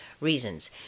reasons